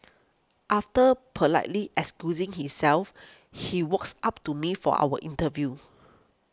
after politely excusing himself he walks up to me for our interview